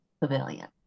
pavilion